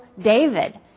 David